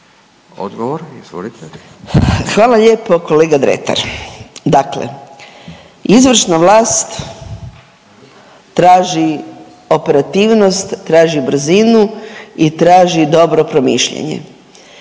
Anka (GLAS)** Hvala lijepo kolega Dretar. Dakle izvršna vlast traži operativnost, traži brzinu i traži dobro promišljanje.